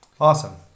Awesome